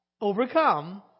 overcome